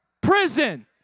prison